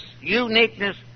uniqueness